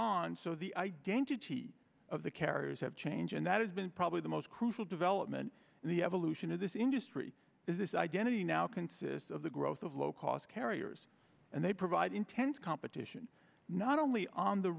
on so the identity of the carriers have changed and that has been probably the most crucial development in the evolution of this industry is this identity now consists of the growth of low cost carriers and they provide intense competition not only on the